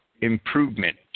improvement